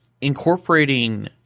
incorporating